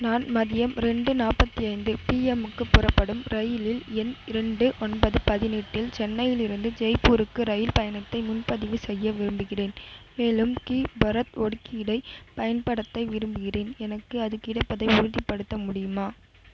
நான் மதியம் ரெண்டு நாற்பத்தி ஐந்து பிஎம்முக்கு புறப்படும் இரயிலில் எண் இரண்டு ஒன்பது பதினெட்டில் சென்னையிலேருந்து ஜெய்ப்பூருக்கு இரயில் பயணத்தை முன்பதிவு செய்ய விரும்புகிறேன் மேலும் கீழ் பரத் ஒதுக்கீடைப் பயன்படுத்த விரும்புகிறேன் எனக்கு அது கிடைப்பதை உறுதிப்படுத்த முடியுமா